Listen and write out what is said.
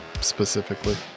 specifically